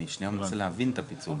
אני שניה מנסה להבין את הפיצול.